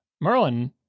Merlin